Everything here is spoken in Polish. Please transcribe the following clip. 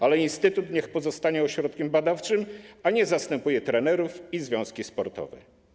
Ale instytut niech pozostanie ośrodkiem badawczym, a nie zastępuje trenerów i związki sportowe.